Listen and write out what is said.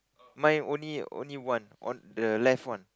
mine only only one on the left one